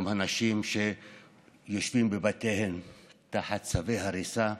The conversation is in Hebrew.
גם לנשים שיושבות בבתיהן תחת צווי הריסה,